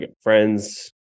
friends